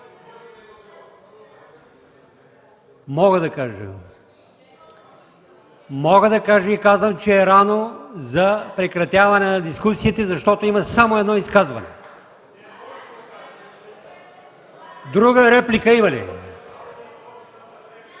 Мога да кажа и казвам, че е рано за прекратяване на дискусиите, защото има само едно изказване. РЕПЛИКА ОТ КБ: